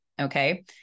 Okay